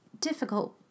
difficult